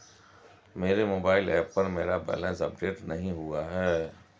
मेरे mobile app पर मेरा बैलेंस अपडेट नहीं हुआ है